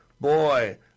Boy